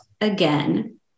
again